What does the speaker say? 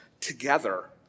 together